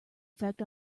effect